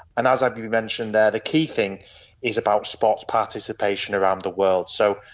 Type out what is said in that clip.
and as abbie mentioned there, the key thing is about sport's participation around the world. so,